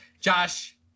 Josh